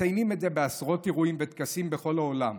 מציינים את זה בעשרות אירועים וטקסים בכל העולם,